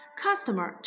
customer